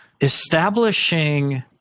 establishing